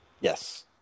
Yes